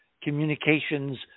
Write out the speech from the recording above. communications